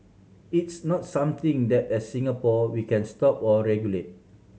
it's not something that as Singapore we can stop or regulate